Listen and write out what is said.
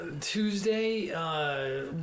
Tuesday